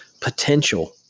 potential